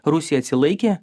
rusija atsilaikė